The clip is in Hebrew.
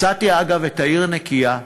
אגב, מצאתי את העיר נקייה,